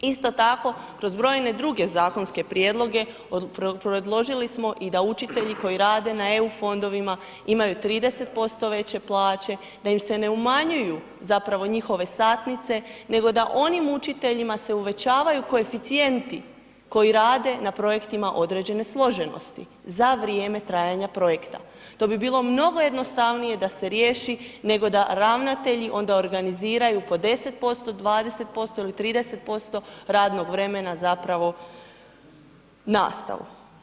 Isto tako kroz brojne druge zakonske prijedloge, predložili smo i da učitelji koji rade na EU fondovima imaju 30% veće plaće, da im se ne umanjuju zapravo njihove satnice nego da onim učiteljima se uvećavaju koeficijenti koji rade na projektima određene složenosti za vrijeme trajanja projekta, to bi bilo mnogo jednostavnije da se riješi nego da ravnatelji onda organiziraju po 10%, 20% ili 30% radnog vremena zapravo nastavu.